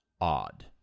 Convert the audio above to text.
odd